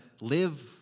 live